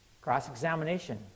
cross-examination